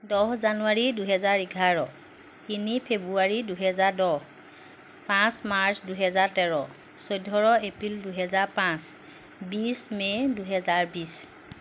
দহ জানুৱাৰী দুহেজাৰ এঘাৰ তিনি ফেব্ৰুৱাৰী দুহেজাৰ দহ পাঁচ মাৰ্চ দুহেজাৰ তেৰ চৈধ এপ্ৰিল দুহেজাৰ পাঁচ বিছ মে' দুহেজাৰ বিছ